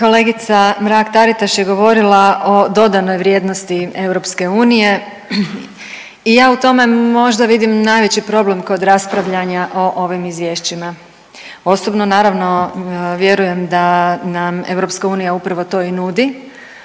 Kolegica Mrak-Taritaš je govorila o dodanoj vrijednosti EU i ja u tome možda vidim najveći problem kod raspravljanja o ovim izvješćima, osobno naravno vjerujem da nam EU upravo to i nudi,